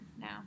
now